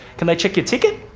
can they check your ticket?